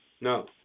No